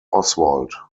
oswald